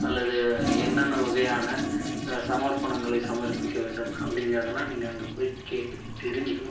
அல்லது என்னென்ன வகையான சமர்ப்பனங்களை சமர்ப்பிக்க வேண்டும் அப்படிங்கிறதெல்லாம் நீங்கள் அங்கே போய் கேட்டு தெரிஞ்சிக்கணும்